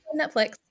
netflix